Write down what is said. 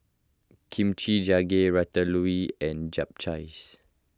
Kimchi Jjigae Ratatouille and Japchae